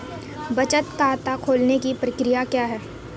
बचत खाता खोलने की प्रक्रिया क्या है?